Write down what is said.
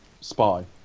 Spy